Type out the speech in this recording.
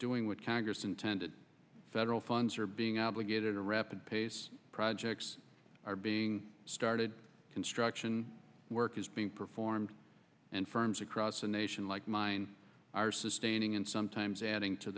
what congress intended federal funds are being obligated to rapid pace projects are being started construction work is being performed and firms across the nation like mine are sustaining and sometimes adding to